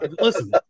Listen